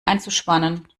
einzuspannen